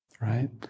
right